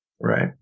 Right